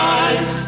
eyes